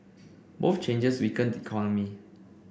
both changes weaken the economy